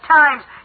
times